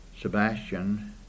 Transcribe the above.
Sebastian